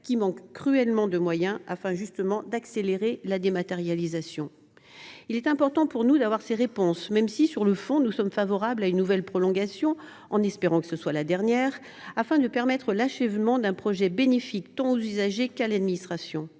qui manque cruellement de moyens afin, justement, d’accélérer la dématérialisation ? Il est important pour nous d’obtenir ces réponses, même si, sur le fond, nous sommes favorables à une nouvelle prolongation – formons toutefois le vœu qu’il s’agisse bien de la dernière !– afin de permettre l’achèvement d’un projet bénéfique tant aux usagers qu’à l’administration.